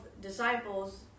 disciples